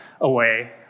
away